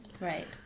right